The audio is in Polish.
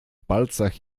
palcach